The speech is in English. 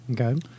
Okay